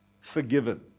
forgiven